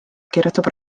kirjutab